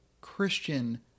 Christian